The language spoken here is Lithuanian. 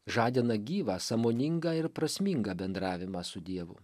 žadina gyvą sąmoningą ir prasmingą bendravimą su dievu